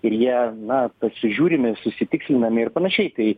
ir jie na pasižiūrimi susitikslinami ir panašiai tai